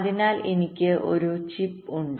അതിനാൽ എനിക്ക് ഒരു ചിപ്പ് ഉണ്ട്